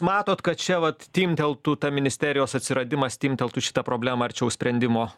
matot kad čia vat timpteltų ta ministerijos atsiradimas timpteltų šitą problemą arčiau sprendimo